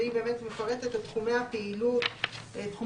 והיא באמת מפרטת את תחומי הפעילות השונים.